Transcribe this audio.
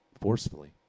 forcefully